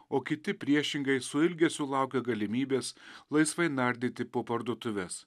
o kiti priešingai su ilgesiu laukia galimybės laisvai nardyti po parduotuves